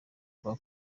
kwa